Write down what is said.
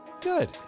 good